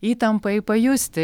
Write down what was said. įtampai pajusti